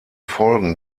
folgen